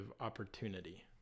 opportunity